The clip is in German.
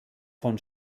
von